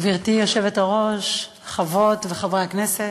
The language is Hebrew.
גברתי היושבת-ראש, חברות וחברי הכנסת,